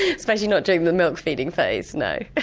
especially not during the milk feeding phase, no.